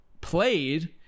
played